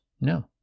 No